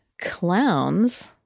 clowns